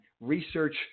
research